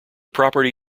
property